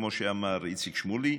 כמו שאמר איציק שמולי,